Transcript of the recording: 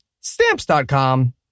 Stamps.com